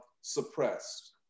suppressed